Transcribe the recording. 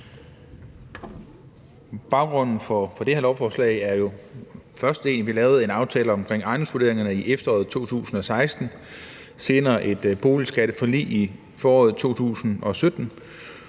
Baggrunden for det her lovforslag er jo den første del, hvor vi lavede en aftale omkring ejendomsvurderingerne i efteråret 2016 og senere et boligskatteforlig i foråret 2017.